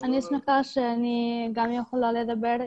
אני שמחה שאני יכולה לדבר אתכם.